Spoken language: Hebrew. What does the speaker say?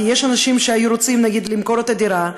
כי יש אנשים שהיו רוצים למכור את הדירה,